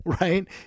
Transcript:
right